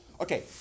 Okay